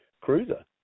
cruiser